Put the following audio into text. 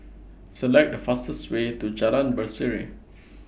Select The fastest Way to Jalan Berseri